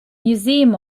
museum